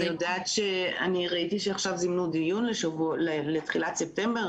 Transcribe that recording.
אני ראיתי שעכשיו זימנו דיון לתחילת ספטמבר,